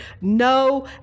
no